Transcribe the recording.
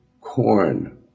corn